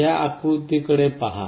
या आकृती कडे पहा